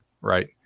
right